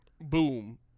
Boom